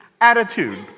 attitude